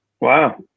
wow